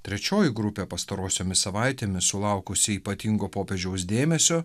trečioji grupė pastarosiomis savaitėmis sulaukusi ypatingo popiežiaus dėmesio